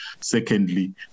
Secondly